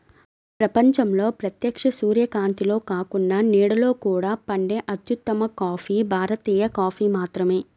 ప్రపంచంలో ప్రత్యక్ష సూర్యకాంతిలో కాకుండా నీడలో కూడా పండే అత్యుత్తమ కాఫీ భారతీయ కాఫీ మాత్రమే